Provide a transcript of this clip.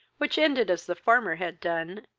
which ended as the former had done,